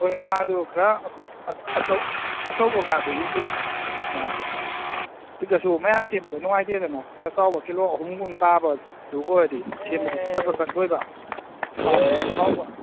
ꯍꯣꯏ ꯉꯥꯗꯨ ꯈꯔ ꯑꯆꯧꯕ ꯉꯥꯗꯨ ꯌꯦꯡꯕꯤꯔꯝꯃꯨ ꯉꯥꯁꯦ ꯄꯤꯛꯂꯁꯨ ꯃꯌꯥꯝ ꯁꯦꯝꯕꯗꯨ ꯅꯨꯡꯉꯥꯏꯇꯦꯗꯅ ꯈꯔ ꯆꯥꯎꯕ ꯀꯤꯂꯣ ꯑꯍꯨꯝꯒꯨꯝ ꯇꯥꯕꯗꯨ ꯑꯣꯏꯔꯗꯤ ꯁꯦꯝꯕꯗꯁꯨ ꯐꯠ ꯐꯠ ꯂꯣꯏꯕ ꯆꯥꯕꯗꯁꯨ ꯍꯥꯎꯕ